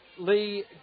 lee